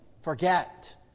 forget